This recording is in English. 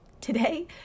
Today